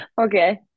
Okay